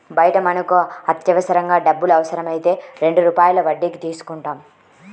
బయట మనకు అత్యవసరంగా డబ్బులు అవసరమైతే రెండు రూపాయల వడ్డీకి తీసుకుంటాం